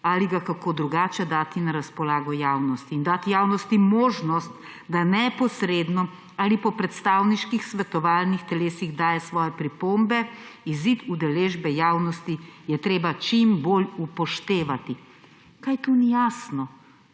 ali ga kako drugače dati na razpolago javnosti in dati javnosti možnost, da neposredno ali po predstavniških svetovalnih telesih daje svoje pripombe, izid udeležbe javnosti je treba čim bolj upoštevati. Kaj tu ni jasno,